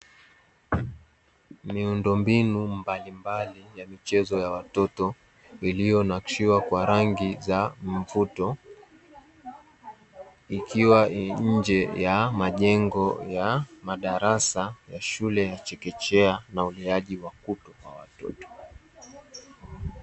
Miundombinu mbalimbali ya michezo ya watoto, iliyonakshiwa kwa rangi za mvuto, ikiwa nje ya majengo ya madarasa ya shule ya chekechea na uleaji wa utu kwa watoto.